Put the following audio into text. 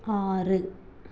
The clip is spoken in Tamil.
ஆறு